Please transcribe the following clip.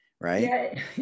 Right